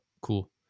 cool